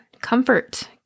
comfort